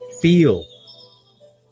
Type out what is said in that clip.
feel